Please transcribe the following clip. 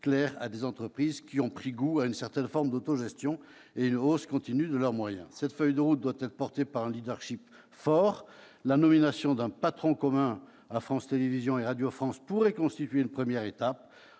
à des entreprises qui ont pris goût à une certaine forme d'autogestion et à une hausse continue de leurs moyens. Troisièmement, cette feuille de route doit être portée par un fort. La nomination d'un patron commun à France Télévisions et à Radio France pourrait constituer une première étape.